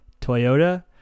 toyota